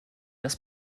das